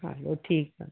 हलो ठीकु आहे